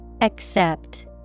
Accept